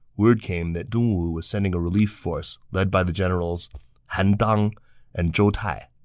word came that dongwu was sending a relief force led by the generals han dang and zhou tai.